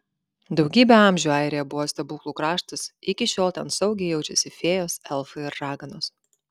daugybę amžių airija buvo stebuklų kraštas iki šiol ten saugiai jaučiasi fėjos elfai ir raganos